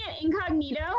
incognito